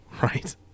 Right